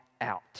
out